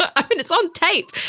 but i mean, it's on tape.